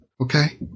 okay